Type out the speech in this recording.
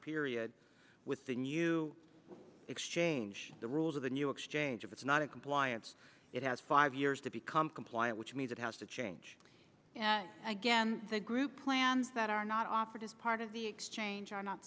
period with the new exchange the rules of the new exchanges it's not a compliance it has five years to become compliant which means it has to change again the group plans that are not offered as part of the exchange are not